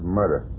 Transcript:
murder